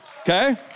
Okay